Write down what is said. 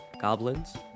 goblins